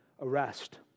arrest